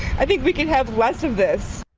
i think we could have less of this.